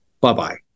bye-bye